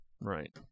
right